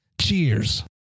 Cheers